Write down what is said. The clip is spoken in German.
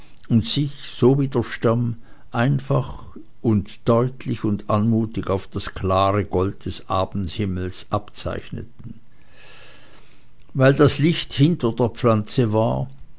und sich so wie der stamm einfach deutlich und anmutig auf das klare gold des abendhimmels zeichneten weil das licht hinter der pflanze war